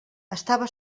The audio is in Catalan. estava